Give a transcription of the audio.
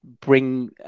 bring